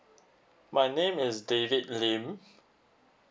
my name is david lim